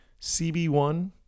CB1